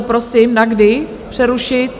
Prosím, na kdy přerušit?